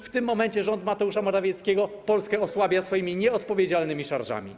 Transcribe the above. i w tym momencie rząd Mateusza Morawieckiego Polskę osłabia swoimi nieodpowiedzialnymi szarżami.